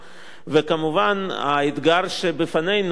וכמובן האתגר שבפנינו הוא